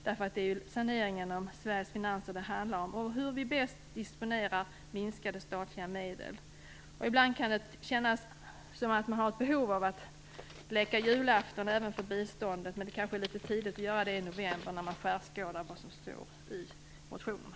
Det är saneringen av Sveriges finanser det handlar om och hur vi bäst disponerar minskade statliga medel. Ibland kan det kännas som om det finns ett behov av att leka julafton även när det gäller biståndet. Det kanske dock är litet tidigt att göra det i november, om man skärskådar vad som står i motionerna.